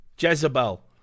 Jezebel